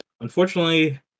unfortunately